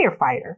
firefighter